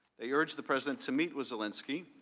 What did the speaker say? they urge the president to meet with zelensky